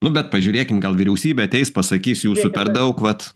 nu bet pažiūrėkim gal vyriausybė ateis pasakys jūsų per daug vat